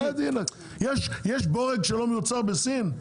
יש בורג שלא מיוצר בסין?